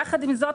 יחד עם זאת,